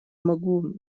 могу